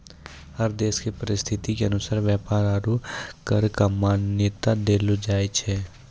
हर देश के परिस्थिति के अनुसार व्यापार आरू कर क मान्यता देलो जाय छै